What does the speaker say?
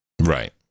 Right